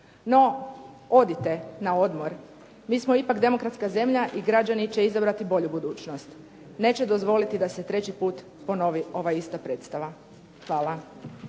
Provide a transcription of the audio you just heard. No odite na odmor. Mi smo ipak demokratska zemlja i građani će izabrati bolju budućnost. Neće dozvoliti da se treći put ponovi ova ista predstava. Hvala.